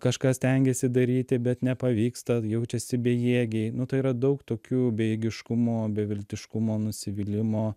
kažką stengiasi daryti bet nepavyksta jaučiasi bejėgiai nu tai yra daug tokių bejėgiškumo beviltiškumo nusivylimo